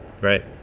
Right